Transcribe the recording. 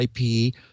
IP